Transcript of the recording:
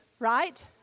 Right